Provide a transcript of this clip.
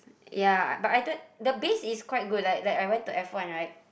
ya but I don't the bass is quite good like like I went to F-one right